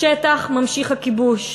בשטח נמשך הכיבוש.